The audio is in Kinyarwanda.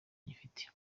nyifite